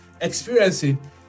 experiencing